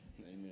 amen